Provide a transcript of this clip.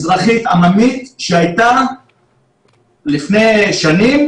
אזרחית-עממית שהייתה לפני שנים,